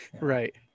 Right